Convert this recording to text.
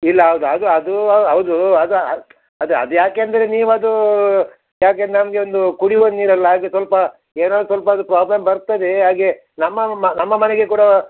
ಇಲ್ಲ ಅದು ಅದು ಅದೂ ಹೌದು ಅದು ಅದು ಅದು ಅದು ಯಾಕೆ ಅಂದರೆ ನೀವು ಅದೂ ಯಾಕೆ ನಮಗೆ ಒಂದು ಕುಡಿಯುವ ನೀರು ಅಲ್ವ ಹಾಗೆ ಸ್ವಲ್ಪ ಏನಾದರೂ ಸ್ವಲ್ಪ ಅದು ಪ್ರಾಬ್ಲಮ್ ಬರ್ತದೆ ಹಾಗೆ ನಮ್ಮ ನಮ್ಮ ನಮ್ಮ ಮನೆಗೆ ಕೂಡ